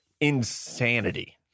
insanity